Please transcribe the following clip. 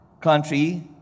country